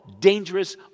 dangerous